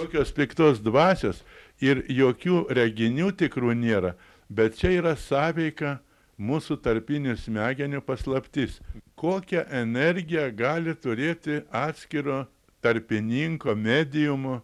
jokios piktos dvasios ir jokių reginių tikrų nėra bet čia yra sąveika mūsų tarpinių smegenių paslaptis kokia energija gali turėti atskiro tarpininko mediumo